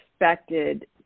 expected